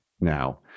now